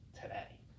today